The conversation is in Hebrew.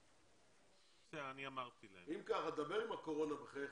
אני יכול להקריא מה שהתפרסם כרגע,